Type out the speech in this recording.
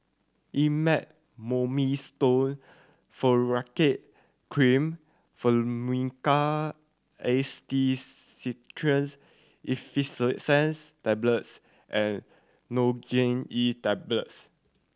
Elomet Mometasone Furoate Cream Tablets and Nurogen E Tablets